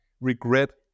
regret